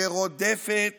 שרודפת